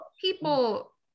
People